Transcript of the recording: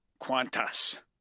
quantas